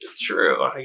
true